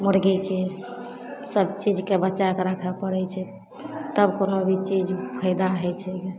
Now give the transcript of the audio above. मुरगीके सबचीजके बचैके राखै पड़ै छै तब कोनो भी चीज फैदा होइ छै गे